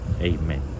Amen